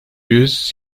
yüz